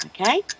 Okay